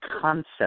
concept